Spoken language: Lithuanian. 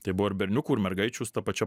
tai buvo ir berniukų ir mergaičių su ta pačia